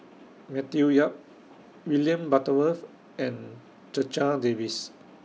Matthew Yap William Butterworth and Checha Davies